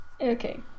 Okay